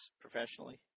professionally